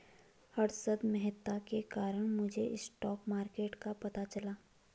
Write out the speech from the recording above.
हर्षद मेहता के कारण मुझे स्टॉक मार्केट का पता चला